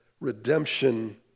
redemption